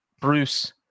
Bruce